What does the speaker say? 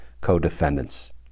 co-defendants